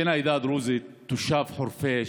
בן העדה הדרוזית, תושב חורפיש.